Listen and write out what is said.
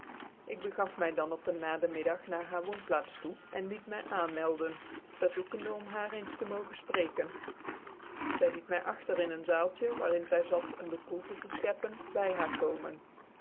ik begaf my dan op ccn nademiddag na haar woonplaats toe cn liet my aanmelden verzoekende om haar eens te mogen fpretken zy liet my achter ia ccn zaaltje waarin zy zat om de koelte te fcheppen by haar komen